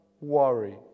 worry